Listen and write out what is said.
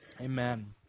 Amen